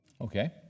Okay